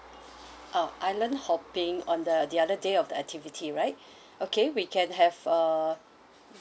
oh island hopping on the the other day of the activity right okay we can have uh